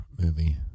movie